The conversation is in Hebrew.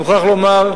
אני מוכרח לומר,